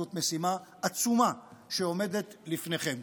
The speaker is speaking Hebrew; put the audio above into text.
זאת משימה עצומה שעומדת בפניכם.